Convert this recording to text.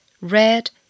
red